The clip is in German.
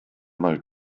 mal